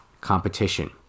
competition